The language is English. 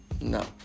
No